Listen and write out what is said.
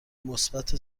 مثبت